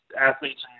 athletes